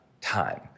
time